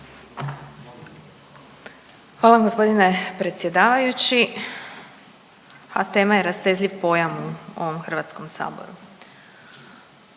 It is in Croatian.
Hvala vam g. predsjedavajući. A tema je rastezljiv pojam u ovom HS-u, ali